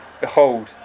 Behold